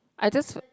I just